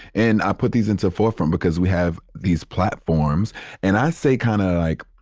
and i put these into forefront because we have these platforms and i say kind of like,